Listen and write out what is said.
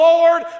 Lord